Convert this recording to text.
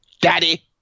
daddy